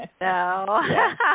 No